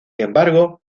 embargo